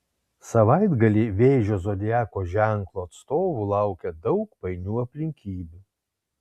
savaitgalį vėžio zodiako ženklo atstovų laukia daug painių aplinkybių